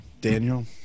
Daniel